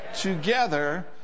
together